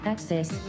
Access